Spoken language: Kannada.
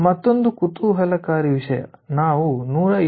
ಮತ್ತೊಂದು ಕುತೂಹಲಕಾರಿ ವಿಷಯ ನಾವು 107